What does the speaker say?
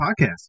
podcast